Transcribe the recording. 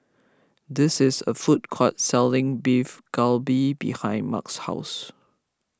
this is a food court selling Beef Galbi behind Mark's house